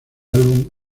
álbum